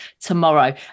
tomorrow